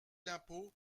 l’impôt